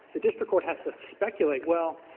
the district court has to speculate, well,